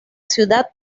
ciudad